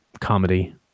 comedy